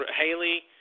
Haley